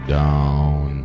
down